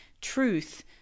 truth